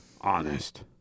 honest